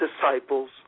disciples